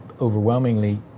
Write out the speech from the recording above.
overwhelmingly